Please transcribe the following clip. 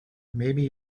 maybe